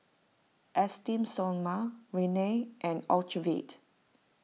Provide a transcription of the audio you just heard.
Esteem Stoma Rene and Ocuvite